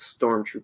Stormtrooper